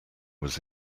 was